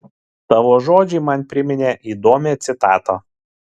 tavo žodžiai man priminė įdomią citatą